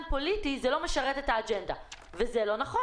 זה לא משרת את האג'נדה וזה לא נכון